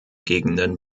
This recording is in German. gegenden